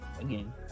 Again